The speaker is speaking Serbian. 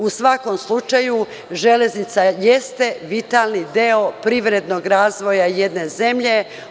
U svakom slučaju, železnica jeste vitalni deo privrednog razvoja jedne zemlje.